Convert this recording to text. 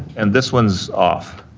and this one's off,